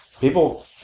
People